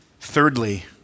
Thirdly